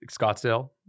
Scottsdale